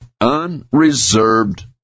unreserved